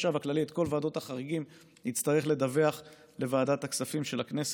החשב הכללי יצטרך לדווח על כל ועדות החריגים לוועדת הכספים של הכנסת.